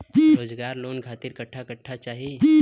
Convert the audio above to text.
रोजगार लोन खातिर कट्ठा कट्ठा चाहीं?